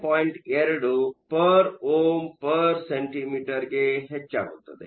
2 Ω 1 cm 1 ಗೆ ಹೆಚ್ಚಾಗುತ್ತದೆ